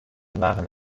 waren